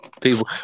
People